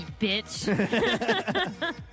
bitch